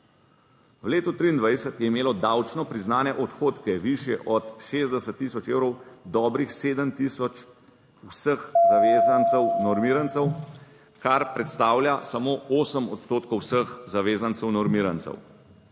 V letu 2023 je imelo davčno priznane odhodke, višje od 60 tisoč evrov, dobrih 7 tisoč vseh zavezancev normirancev, kar predstavlja samo 8 odstotkov vseh zavezancev normirancev.